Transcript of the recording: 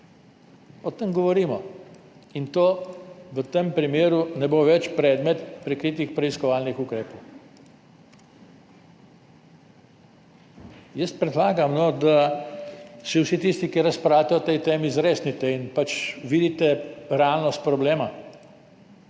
O tem govorimo in to v tem primeru ne bo več predmet prikritih preiskovalnih ukrepov. Predlagam, da se vsi tisti, ki razpravljate o tej temi, zresnite in pač vidite realnost problema.